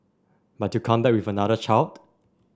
but you come back with another child